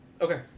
Okay